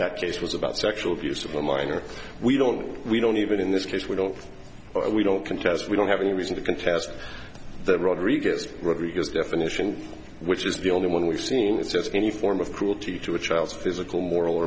that case was about sexual abuse of a minor we don't know we don't even in this case we don't we don't contest we don't have any reason to contest the rodriguez rodriguez definition which is the only one we've seen is just any form of cruelty to a child's physical moral